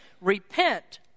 repent